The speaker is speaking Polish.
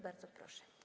Bardzo proszę.